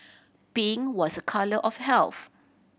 pink was a colour of health